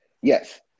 Yes